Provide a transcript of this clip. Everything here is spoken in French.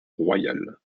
royale